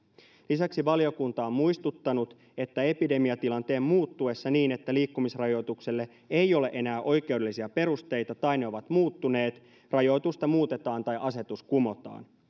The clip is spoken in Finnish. lisäksi valiokunta on muistuttanut että epidemiatilanteen muuttuessa niin että liikkumisrajoitukselle ei ole enää oikeudellisia perusteita tai ne ovat muuttuneet rajoitusta muutetaan tai asetus kumotaan